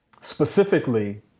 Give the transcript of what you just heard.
specifically